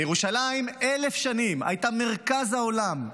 ובמשך אלף שנים ירושלים הייתה מרכז העולם,